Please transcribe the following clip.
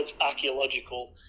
archaeological